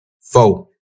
Four